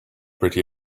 pretty